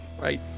Right